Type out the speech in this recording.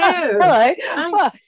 Hello